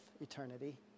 eternity